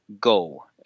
go